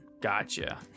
Gotcha